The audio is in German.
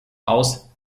aus